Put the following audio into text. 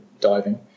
diving